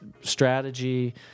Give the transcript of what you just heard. strategy